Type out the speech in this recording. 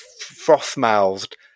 froth-mouthed